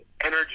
energy